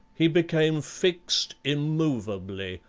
he became fixed immovably,